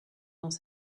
dans